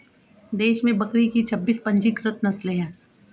देश में बकरी की छब्बीस पंजीकृत नस्लें हैं